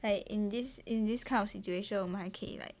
like in this in this kinda situation 我们还可以 yi like